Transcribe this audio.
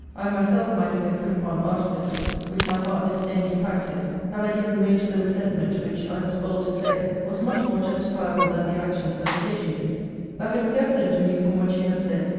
i myself might have been put upon artifices which my heart disdained to practise, had i given way to the resentment, which, i was bold to say, was much more justifiable than the actions that occasioned it that it was evident to me, from what she had said,